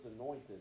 anointed